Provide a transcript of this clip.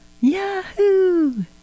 Yahoo